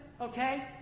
okay